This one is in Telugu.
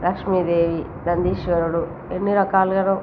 లక్ష్మీదేవి నందీశ్వరుడు ఎన్ని రకాలుగాను